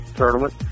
tournament